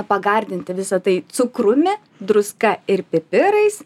pagardinti visa tai cukrumi druska ir pipirais